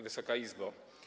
Wysoka Izbo!